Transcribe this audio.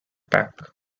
pack